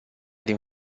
din